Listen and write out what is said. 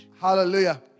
Hallelujah